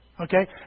Okay